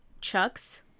Chuck's